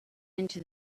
into